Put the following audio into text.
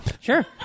Sure